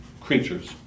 creatures